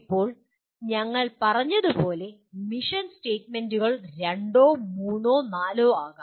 ഇപ്പോൾ ഞങ്ങൾ പറഞ്ഞതുപോലെ മിഷൻ സ്റ്റേറ്റ്മെന്റുകൾ രണ്ടോ മൂന്നോ നാലോ ആകാം